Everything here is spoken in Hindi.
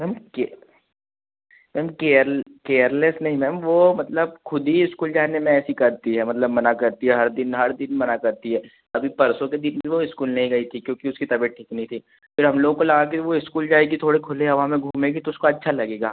मैम के मैम केयरलेस नही मैम वह मतलब ख़ुद ही इस्कूल जाने में ऐसी करती है मतलब मना करती है हर दिन हर दिन मना करती है अभी परसों के दिन भी वो इस्कूल नही गई थी क्योंकि उसकी तबियत ठीक नही थी फिर हम लोगों को लगा कि वो इस्कूल जाएगी थोड़े खुले हवा में घूमेगी तो उसको अच्छा लगेगा